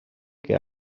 que